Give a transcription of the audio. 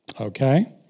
Okay